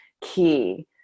key